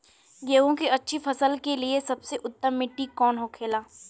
गेहूँ की अच्छी फसल के लिए सबसे उत्तम मिट्टी कौन होखे ला?